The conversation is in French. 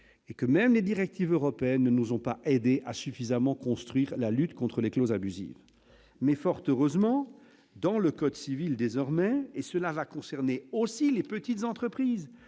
et que même les directives européennes ne nous ont pas aidés, a suffisamment construire à la lutte contre les clauses abusives mais forte heureusement dans le code civil désormais et cela va concerner aussi les petites entreprises